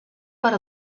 per